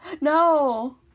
no